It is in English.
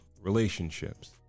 relationships